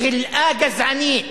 חלאה גזענית